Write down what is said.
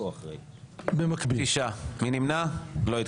או ליושב ראש הכנסת כי נבצר ממנו למלא את